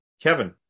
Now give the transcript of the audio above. Kevin